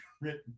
written